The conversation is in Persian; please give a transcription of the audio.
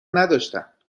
نداشتم